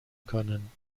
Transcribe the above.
können